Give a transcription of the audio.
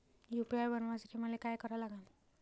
UPI बनवासाठी मले काय करा लागन?